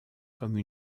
comme